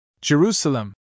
Jerusalem